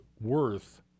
worth